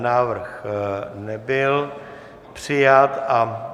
Návrh nebyl přijat.